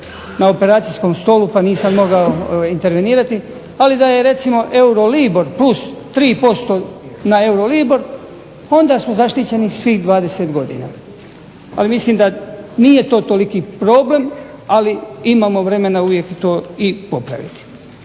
na operacijskom stolu pa nisam mogao intervenirati, ali da je recimo Euribor-a plus 3% na Euribor-a onda smo zaštićeni svih 20 godina. Ali mislim da nije to toliki problem, ali imamo vremena to uvijek popraviti.